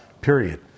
period